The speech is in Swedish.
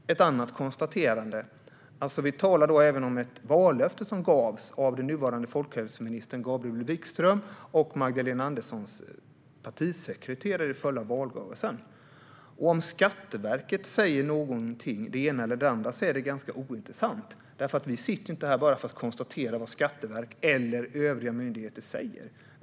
Vi talar även om ett vallöfte som gavs av nuvarande folkhälsoministern Gabriel Wikström och Magdalena Anderssons partisekreterare i förra valrörelsen. Om Skatteverket säger det ena eller det andra är ganska ointressant, för vi sitter inte här bara för att konstatera vad skatteverk eller övriga myndigheter säger.